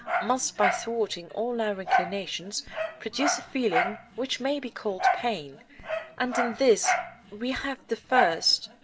must by thwarting all our inclinations produce a feeling which may be called pain and in this we have the first,